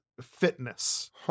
fitness